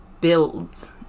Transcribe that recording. builds